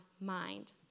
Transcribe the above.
mind